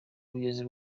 ubuyobozi